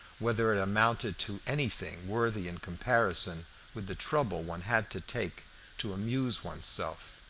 whether it amounted to anything worthy in comparison with the trouble one had to take to amuse one's self,